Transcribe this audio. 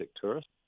tourists